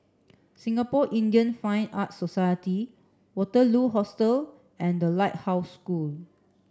Singapore Indian Fine Arts Society Waterloo Hostel and The Lighthouse School